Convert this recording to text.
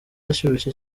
ashyushye